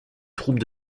troupe